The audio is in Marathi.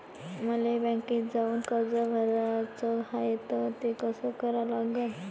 मले बँकेत जाऊन कर्ज भराच हाय त ते कस करा लागन?